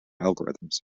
algorithms